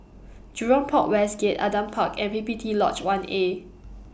Jurong Port West Gate Adam Park and P P T Lodge one A